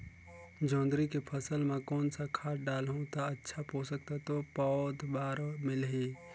जोंदरी के फसल मां कोन सा खाद डालहु ता अच्छा पोषक तत्व पौध बार मिलही?